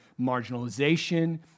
marginalization